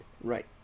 Right